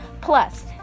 Plus